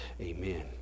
Amen